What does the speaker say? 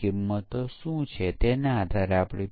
જીવાત ને DDTની અસર થતી નથી